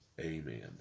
Amen